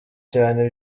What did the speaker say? cyane